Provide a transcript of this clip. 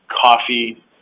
Coffee